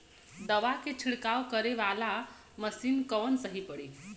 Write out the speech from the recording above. दवा के छिड़काव करे वाला मशीन कवन सही पड़ी?